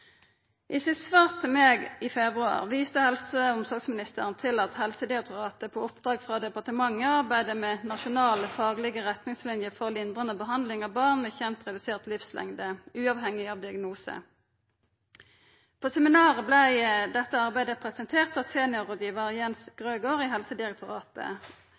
I sitt svar til meg i februar viste helse- og omsorgsministeren til at Helsedirektoratet, på oppdrag frå departementet, arbeider med nasjonale faglege retningslinjer for lindrande behandling av barn med kjent redusert livslengde, uavhengig av diagnose. På seminaret vart dette arbeidet presentert av seniorrådgivar Jens Grøgaard i Helsedirektoratet.